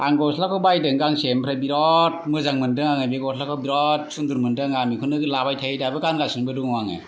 आं गस्लाखौ बायदों गांसे ओमफ्राय बिरात मोजां मोन्दों आङो बे गस्लाखौ बिरात सुन्दर मोन्दों आं बेखौनो लाबाय थायो दाबो गानगासिनोबो दङ आङो